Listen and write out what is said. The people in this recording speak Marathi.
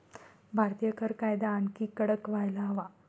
भारतीय कर कायदा आणखी कडक व्हायला हवा